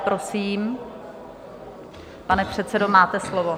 Prosím, pane předsedo, máte slovo.